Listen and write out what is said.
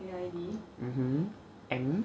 mmhmm M